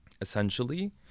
essentially